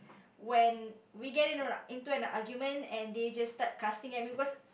when we get in into an argument and they just start cussing at me because